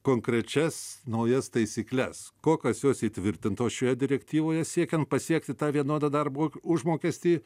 konkrečias naujas taisykles kokios jos įtvirtintos šioje direktyvoje siekiant pasiekti tą vienodą darbo užmokestį